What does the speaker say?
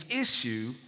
issue